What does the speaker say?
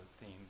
theme